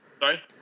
sorry